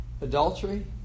adultery